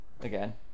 again